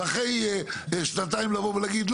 ואחרי שנתיים לבוא ולהגיד,